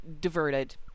diverted